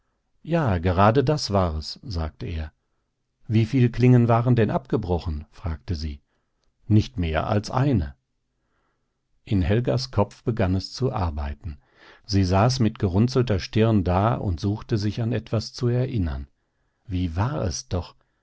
ja gerade das war es sagte er wieviel klingen waren denn abgebrochen fragte sie nicht mehr als eine in helgas kopf begann es zu arbeiten sie saß mit gerunzelter stirn da und suchte sich an etwas zu erinnern wie war es doch